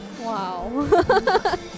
Wow